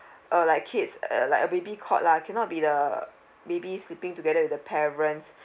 uh like kids uh like a baby cot lah cannot be the baby sleeping together with the parents